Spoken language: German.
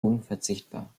unverzichtbar